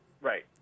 Right